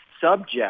subject